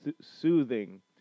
soothing